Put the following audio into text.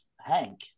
Hank